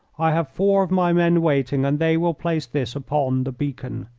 i have four of my men waiting, and they will place this upon the beacon.